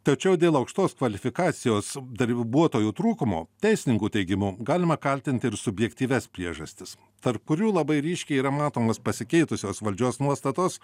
tačiau dėl aukštos kvalifikacijos darbuotojų trūkumo teisininkų teigimu galima kaltinti ir subjektyvias priežastis tarp kurių labai ryškiai yra matomos pasikeitusios valdžios nuostatos